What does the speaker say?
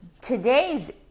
today's